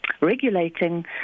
regulating